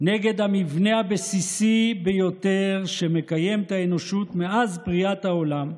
נגד המבנה הבסיסי ביותר שמקיים את האנושות מאז בריאת העולם: